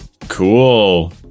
Cool